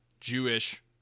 Jewish